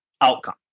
outcome